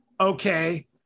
okay